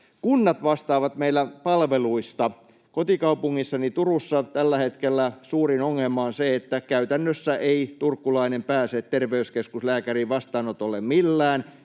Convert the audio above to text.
Kunnat vastaavat meillä palveluista. Kotikaupungissani Turussa tällä hetkellä suurin ongelma on se, että käytännössä ei turkulainen pääse terveyskeskuslääkärin vastaanotolle millään,